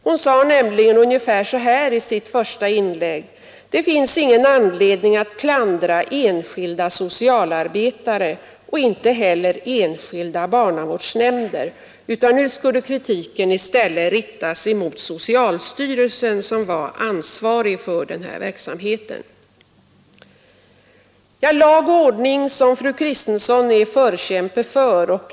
Hon sade nämligen ungefär så här: Det finns ingen anledning att klandra enskilda socialarbetare och inte heller enskilda barnavårdsnämnder. Nej, nu skulle kritiken i stället riktas mot socialstyrelsen, som är ansvarig för verksamheten. Fru Kristensson är förkämpe för lag och ordning.